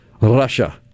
Russia